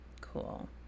Cool